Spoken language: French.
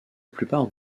plupart